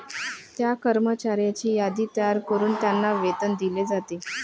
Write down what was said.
त्या कर्मचाऱ्यांची यादी तयार करून त्यांना वेतन दिले जाते